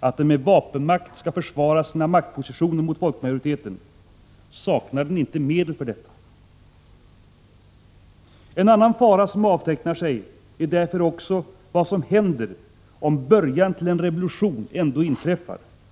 att den med vapenmakt skall försvara sina maktpositioner mot folkmajoriteten saknar den inte medel för detta. En annan fara som avtecknar sig är därför också vad som händer om början till en revolution ändå inträffar.